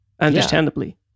understandably